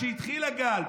כשהתחיל הגל,